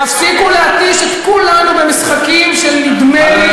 תפסיקו להתיש את כולנו במשחקים של "נדמה לי".